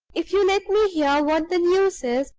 if you let me hear what the news is,